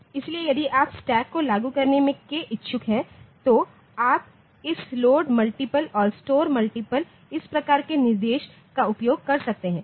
इसलिए यदि आप स्टैक को लागू करने के इच्छुक हैं तो आप इस लोड मल्टीपल और स्टोर मल्टीपल इस प्रकार के निर्देशों का उपयोग कर सकते हैं